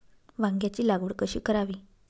वांग्यांची लागवड कशी करावी?